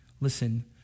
Listen